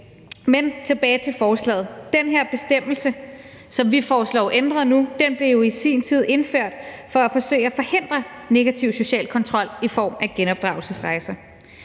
Men tilbage til forslaget: Den her bestemmelse, som vi foreslår ændret nu, blev jo i sin tid indført for at forsøge at forhindre negativ social kontrol i form af genopdragelsesrejser.